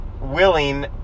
willing